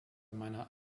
meiner